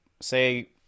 say